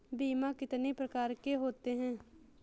बीमा कितनी प्रकार के होते हैं?